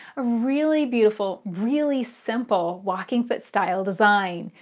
a really beautiful, really simple walking foot-style design.